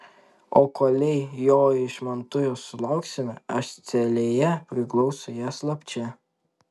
o kolei jo iš mantujos sulauksime aš celėje priglausiu ją slapčia